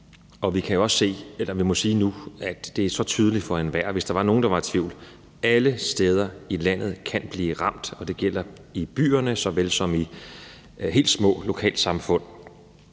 Og vi må sige nu, at det er så tydeligt for enhver, hvis der var nogen, der var i tvivl, at alle steder i landet kan blive ramt. Det gælder i byerne såvel som i helt små lokalsamfund.